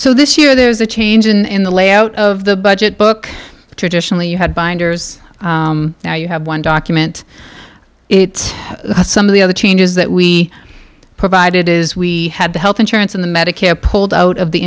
so this year there's a change in the layout of the budget book traditionally you had binders now you have one document it some of the other changes that we provided is we had health insurance in the medicare pulled out of the